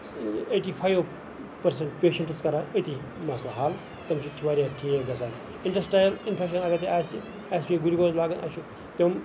eighty five percent patients کران أتی مَسلہٕ حل اَمہِ سۭتۍ چھُ واریاہ ٹھیٖک گژھان اِنٹسٹایِن اِنفیکشن اَگر آسہِ اسہِ پیٚیہِ گُلکوز لاگُن